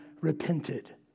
repented